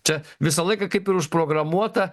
čia visą laiką kaip ir užprogramuota